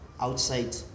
outside